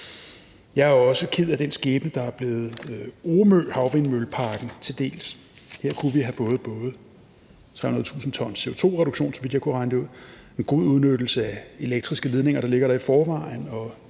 Jeg er også ked af den skæbne, der er blevet Omøhavvindmølleparken til del. Her kunne vi både have fået 23.000 t CO2-reduktion, så vidt jeg kunne regne det ud, med en god udnyttelse af elektriske ledninger, der ligger der i forvejen,